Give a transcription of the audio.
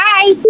Bye